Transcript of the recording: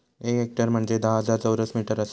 एक हेक्टर म्हंजे धा हजार चौरस मीटर आसा